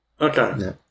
Okay